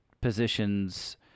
positions